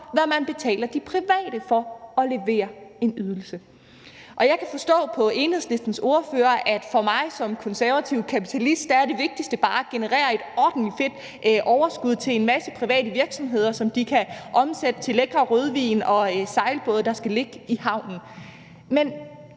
hvad man betaler de private for at levere en ydelse. Jeg kan forstå på Enhedslistens ordfører, at for mig som konservativ kapitalist er det vigtigste bare at generere et ordentlig fedt overskud til en masse private virksomheder, som de kan omsætte til lækker rødvin og sejlbåde, der skal ligge i havnen. Men